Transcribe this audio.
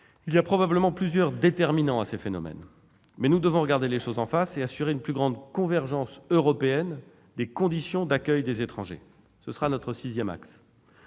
Il y a probablement plusieurs déterminants à ces phénomènes. Mais nous devons regarder les choses en face, et assurer une plus grande convergence européenne des conditions d'accueil des étrangers. Ce sera notre sixième axe.